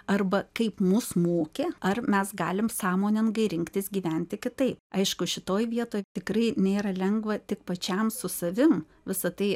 arba kaip mus mokė ar mes galim sąmoningai rinktis gyventi kitaip aišku šitoj vietoj tikrai nėra lengva tik pačiam su savim visa tai